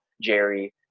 Jerry